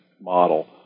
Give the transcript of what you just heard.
model